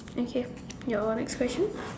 okay your next question